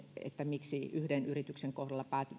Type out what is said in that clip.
miksi yhden yrityksen kohdalla